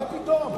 מה פתאום.